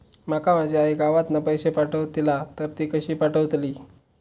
माका माझी आई गावातना पैसे पाठवतीला तर ती कशी पाठवतली?